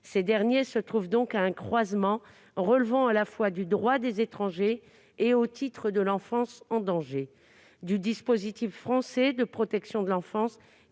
Ces derniers se trouvent donc à un croisement relevant à la fois du droit des étrangers et des dispositions sur l'enfance en danger. Or le dispositif français de protection de l'enfance